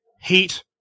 heat